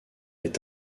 est